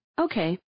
Okay